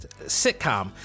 sitcom